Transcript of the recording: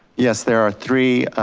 yes there are three